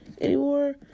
anymore